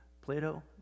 Plato